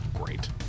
Great